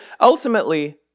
ultimately